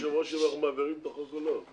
שאלתי את היושב-ראש אם אנחנו מעבירים את החוק או לא.